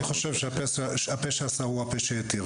אני חושב שהפה שאסר הוא הפה שיתיר,